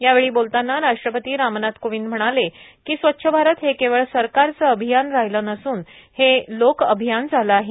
यावेळी बोलताना राष्ट्रपती रामनाथ कोविंद म्हणाले की स्वच्छ भारत हे केवळ सरकारचं अभियान राहीलं नसून हे लोकाभियान झालं आहे